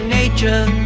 nature